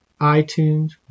iTunes